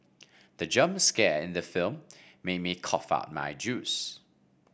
the jump scare in the film made me cough out my juice